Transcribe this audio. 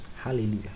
hallelujah